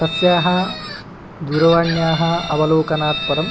तस्याः दूरवाण्याः अवलोकनात्परं